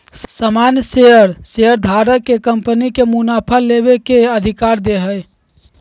सामान्य शेयर शेयरधारक के कंपनी के मुनाफा में हिस्सा लेबे के अधिकार दे हय